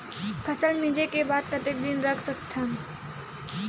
फसल मिंजे के बाद कतेक दिन रख सकथन?